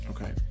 Okay